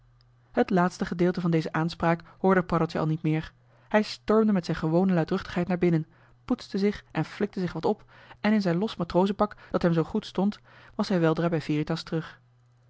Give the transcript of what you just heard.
het laatste gedeelte van deze aanspraak hoorde joh h been paddeltje de scheepsjongen van michiel de ruijter paddeltje al niet meer hij stormde met zijn gewone luidruchtigheid naar binnen poetste zich en flikte zich wat op en in zijn los matrozenpak dat hem zoo goed stond was hij weldra bij veritas terug